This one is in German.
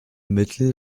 mittel